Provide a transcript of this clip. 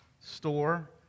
store